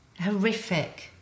Horrific